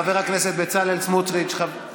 התש"ף 2020, לוועדת הכספים נתקבלה.